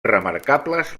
remarcables